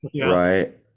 Right